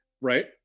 right